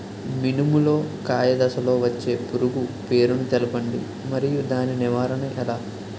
మినుము లో కాయ దశలో వచ్చే పురుగు పేరును తెలపండి? మరియు దాని నివారణ ఎలా?